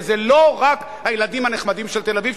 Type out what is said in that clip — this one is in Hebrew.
וזה לא רק הילדים הנחמדים של תל-אביב,